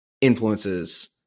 influences